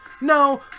No